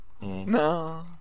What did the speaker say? No